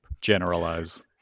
Generalize